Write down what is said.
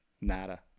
nada